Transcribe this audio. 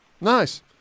Nice